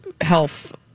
health